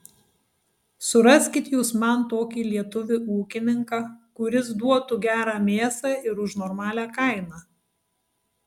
suraskit jūs man tokį lietuvį ūkininką kuris duotų gerą mėsą ir už normalią kainą